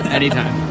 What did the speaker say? anytime